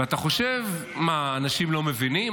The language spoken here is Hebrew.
ואתה חושב, מה, אנשים לא מבינים?